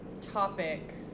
topic